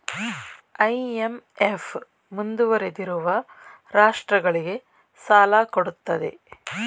IMF ಮುಂದುವರಿದಿರುವ ರಾಷ್ಟ್ರಗಳಿಗೆ ಸಾಲ ಕೊಡುತ್ತದೆ